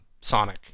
Sonic